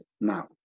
now